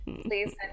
please